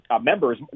members